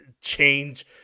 change